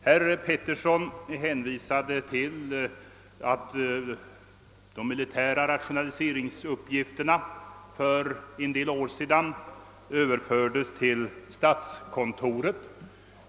Herr Petersson hänvisade till att de militära rationaliseringsuppgifterna för en del år sedan överfördes till statskontoret.